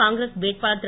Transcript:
காங்கிரஸ் வேட்பாளர் திரு